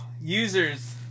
users